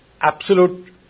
absolute